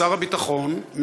ששר הביטחון,